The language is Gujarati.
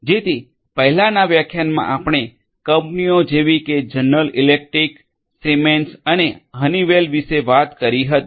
જેથી પહેલાના વ્યાખ્યાનમાં આપણે કંપનીઓ જેવી કે જનરલ ઇલેક્ટ્રિક સિમેન્સ અને હનીવેલ વિશે વાત કરી હતી